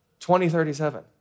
2037